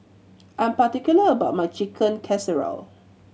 I am particular about my Chicken Casserole